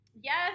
Yes